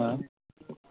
हा